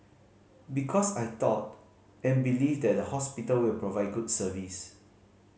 because I thought and believe that the hospital will provide good service